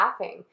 laughing